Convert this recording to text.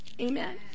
Amen